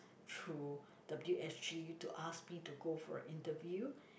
through W_S_G to ask me to go for an interview